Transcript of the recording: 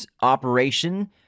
operation